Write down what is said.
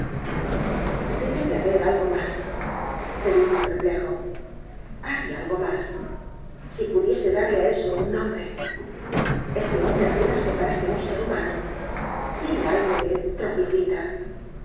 hyde de haber algo más se dijo perplejo hayalgo más si pudiese darle á eso un nombre ese hombre apenas se parece á un ser humano tiene algo del troglodita